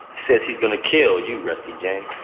says he's going to kill you rusty james.